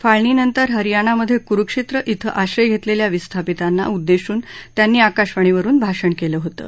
फाळणीनंतर हरयानामधे कुरुक्षेत्र श्वं आश्रय घेतलेल्या विस्थापितांना उद्देशून त्यांनी आकाशवाणीवरुन भाषण केलं होतं